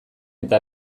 eta